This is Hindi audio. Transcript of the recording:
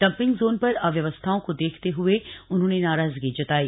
डंपिंग जोन पर अव्यवस्थाओं को देखते हुए उन्होंने नाराजगी जताई